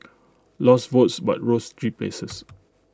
lost votes but rose three places